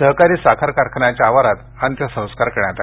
सहकारी साखर कारखान्याच्या आवारात अंत्यसंस्कार करण्यात आले